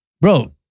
bro